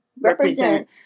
represent